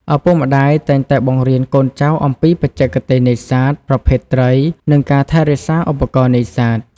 ឪពុកម្តាយតែងតែបង្រៀនកូនចៅអំពីបច្ចេកទេសនេសាទ ប្រភេទត្រី និងការថែរក្សាឧបករណ៍នេសាទ។